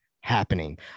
happening